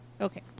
Okay